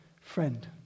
friend